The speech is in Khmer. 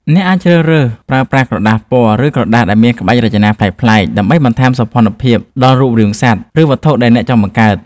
អ្នកអាចជ្រើសរើសប្រើប្រាស់ក្រដាសពណ៌ ឬក្រដាសដែលមានក្បាច់រចនាប្លែកៗ ដើម្បីបន្ថែមសោភ័ណភាពដល់រូបរាងសត្វ ឬវត្ថុដែលអ្នកចង់បង្កើត។